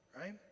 right